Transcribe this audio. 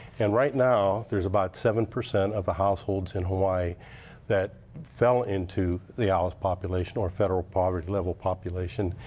and right now, there's about seven percent of households in hawaii that fell into the alice population or federal poverty level population.